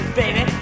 baby